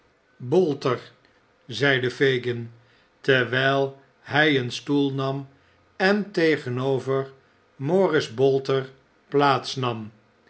bolter zeide fagin terwijl hij een stoel nam en tegenover mooris bolter plaats nam